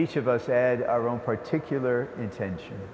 each of us add our own particular attention